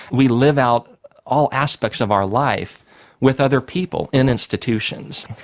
we live out all aspects of our life with other people in institutions.